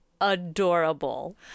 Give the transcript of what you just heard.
adorable